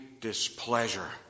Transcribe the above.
displeasure